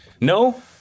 No